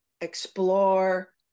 explore